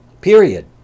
period